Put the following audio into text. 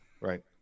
Right